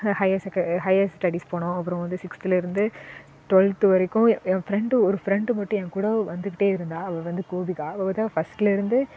ஹ ஹையர் செக higher studies போனோம் அப்புறம் வந்து சிக்ஸ்த்தில் இருந்து டுவல்த்து வரைக்கும் எ என் ஃப்ரண்ட் ஒரு ஃப்ரண்ட் மட்டும் என்கூட வந்துகிட்டே இருந்தாள் அவள் வந்து கோபிகா அவள் தான் ஃப்ஸ்ட்டில் இருந்து